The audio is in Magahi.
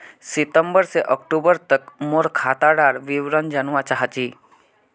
सितंबर से अक्टूबर तक मोर खाता डार विवरण जानवा चाहची?